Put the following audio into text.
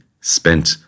spent